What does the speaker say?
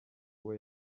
uwo